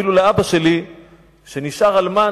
אפילו לאבא שלי שנשאר אלמן,